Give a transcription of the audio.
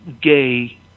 gay